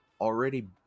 already